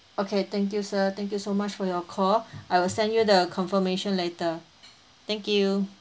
okay thank you sir thank you so much for your call I will send you the confirmation later thank you